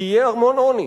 כי יהיה המון עוני.